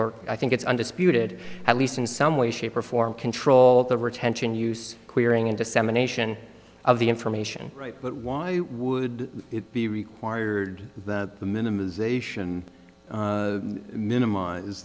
i think it's undisputed at least in some way shape or form control the retention use clearing and dissemination of the information but why would it be required that the minimisation minimize